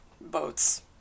boats